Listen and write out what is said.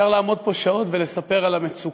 אפשר לעמוד פה שעות ולספר על המצוקה.